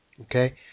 Okay